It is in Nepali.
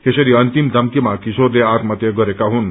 यसरी अन्तिम धम्क्रीमा किशोरले आत्महत्या गरेका हुनु